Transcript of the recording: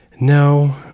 No